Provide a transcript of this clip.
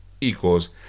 equals